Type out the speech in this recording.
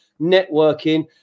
networking